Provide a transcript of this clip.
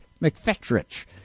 McFetrich